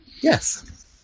yes